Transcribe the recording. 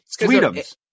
Sweetums